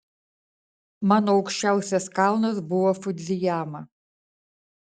mano aukščiausias kalnas buvo fudzijama